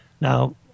Now